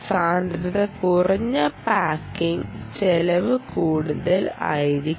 സാന്ദ്രത കുറഞ്ഞ പാക്കിംഗ്ന് ചെലവ് കൂടുതൽ ആയിരിക്കും